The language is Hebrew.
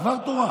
דבר תורה.